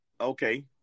Okay